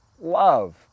Love